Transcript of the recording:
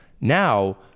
now